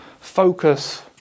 focus